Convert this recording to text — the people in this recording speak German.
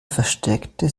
versteckte